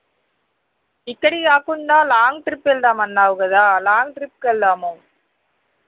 ఇక్కడివి కాకుండా long trip వెళ్దామన్నావు కదా లాంగ్ ట్రిప్కి వెళ్దాము